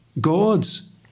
God's